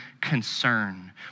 concern